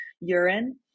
urine